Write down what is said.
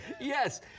Yes